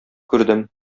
күрдем